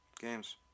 games